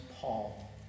Paul